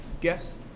guess